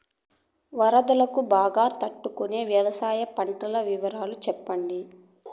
వరదలకు బాగా తట్టు కొనే వ్యవసాయ పంటల వివరాలు చెప్పండి?